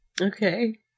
Okay